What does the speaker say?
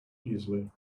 easily